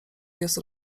jest